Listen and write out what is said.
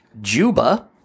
Juba